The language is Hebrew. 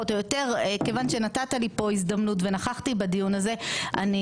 כיוון שנתת לי פה הזדמנות ונכחתי בדיון הזה, אני